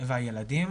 והילדים